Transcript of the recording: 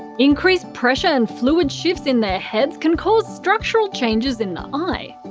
increased pressure and fluid shifts in their heads can cause structural changes in the eye.